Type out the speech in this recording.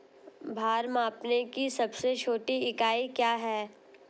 भार मापने की सबसे छोटी इकाई क्या है?